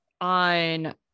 on